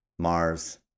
Mars